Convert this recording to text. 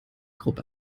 gruppe